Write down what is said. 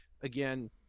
again